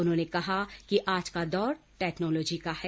उन्होंने कहा कि आज का दौर टेक्नोलॉजी का है